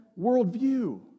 worldview